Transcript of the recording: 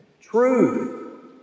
Truth